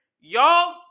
Y'all